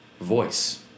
voice